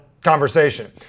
conversation